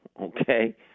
okay